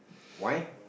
why